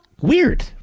weird